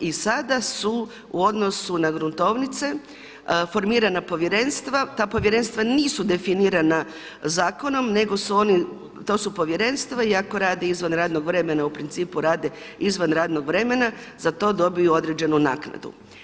I sada su u odnosu na gruntovnice formirana povjerenstva, ta povjerenstva nisu definirana zakonom nego su oni, to su povjerenstva i ako rade izvan radno vremena, u principu rade izvan radnog vremena, za to dobiju određenu naknadu.